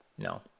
No